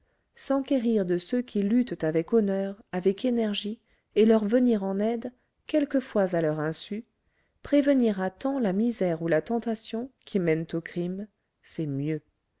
s'enquérir de ceux qui luttent avec honneur avec énergie et leur venir en aide quelquefois à leur insu prévenir à temps la misère ou la tentation qui mènent au crime c'est mieux